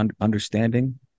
understanding